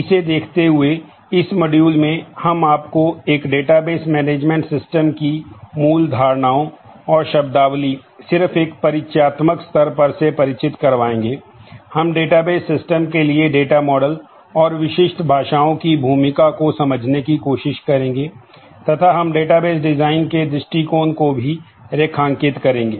इसे देखते हुए इस मॉड्यूल डिज़ाइन के दृष्टिकोण को भी रेखांकित करेंगे